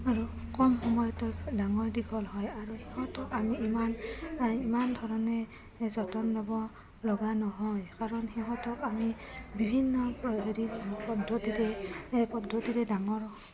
আৰু কম সময়তে ডাঙৰ দীঘল হয় আৰু ইহঁতক আমি ইমান ইমান ধৰণে যতন ল'ব লগা নহয় কাৰণ সিহঁতক আমি বিভিন্ন হেৰি পদ্ধতিতে পদ্ধতিৰে ডাঙৰ